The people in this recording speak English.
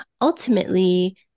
Ultimately